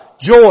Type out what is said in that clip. Joy